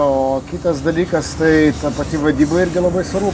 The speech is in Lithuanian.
o kitas dalykas tai ta pati vadyba irgi labai svarbu